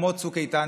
כמו צוק איתן,